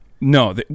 No